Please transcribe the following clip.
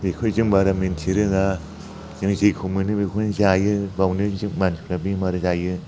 बेखौ जों बारा मिथिरोङा जों जेखौ मोनो बेखौनो जायो बेयावनो जों मानसिफ्रा बेमार जायो